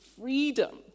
freedom